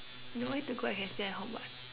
nowhere to go I can stay at home [what]